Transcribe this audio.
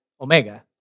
Omega